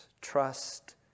trust